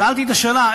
שאלתי את השאלה,